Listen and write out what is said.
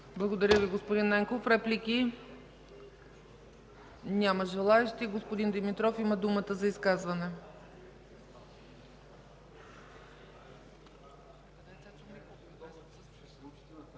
Благодаря Ви, господин Ненков. Реплики? Няма желаещи. Господин Димитров има думата за изказване.